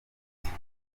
afite